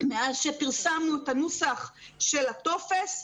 מאז שפרסמנו את הנוסח של הטופס,